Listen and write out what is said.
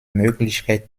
möglichkeit